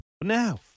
Now